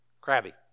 crabby